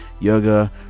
yoga